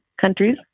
countries